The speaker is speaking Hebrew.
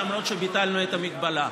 למרות שביטלנו את המגבלה.